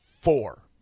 four